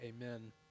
amen